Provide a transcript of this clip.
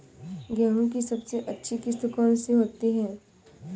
गेहूँ की सबसे अच्छी किश्त कौन सी होती है?